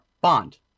bond